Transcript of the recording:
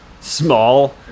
small